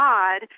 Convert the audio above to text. God